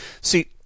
See